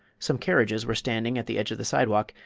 some carriages were standing at the edge of the sidewalk,